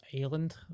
island